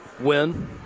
Win